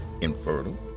infertile